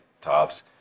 tops